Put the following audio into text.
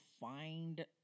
find